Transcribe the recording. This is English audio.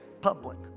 Public